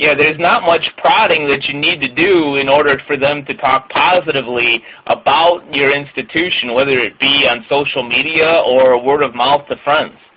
yeah there's not much prodding that you need to do in order for them to talk positively about your institution, whether it be on social media or word of mouth to friends.